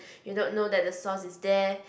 you don't know that the sauce is there